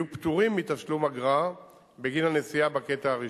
יהיו פטורים מתשלום אגרה בגין הנסיעה בקטע הראשון.